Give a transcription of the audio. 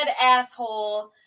asshole